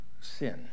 sin